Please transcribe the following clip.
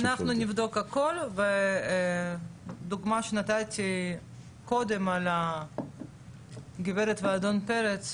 נבקש מגופי הכשרות שנמצאים ברשימה של הרבנות מידע לגבי העלויות,